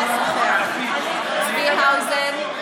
אינו נוכח צבי האוזר,